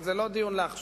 אבל זה לא דיון לעכשיו.